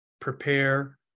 prepare